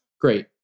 great